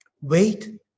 Wait